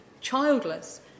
childless